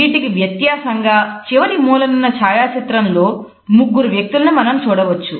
వీటికి వ్యత్యాసంగా చివరి మూలనున్న ఛాయా చిత్రం లో ముగ్గురు వ్యక్తులను మనం చూడవచ్చు